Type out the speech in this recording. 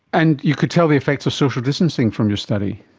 and you could tell the effects of social distancing from your study.